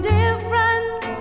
different